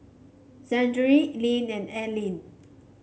Zackary Linn and Eileen